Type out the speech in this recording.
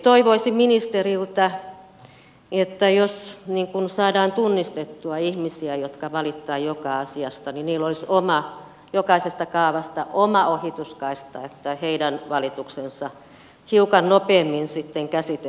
toivoisin ministeriltä että jos saadaan tunnistettua ihmisiä jotka valittavat joka asiasta niin heillä olisi jokaisesta kaavasta oma ohituskaista niin että heidän valituksensa hiukan nopeammin sitten käsiteltäisiin